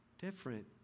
different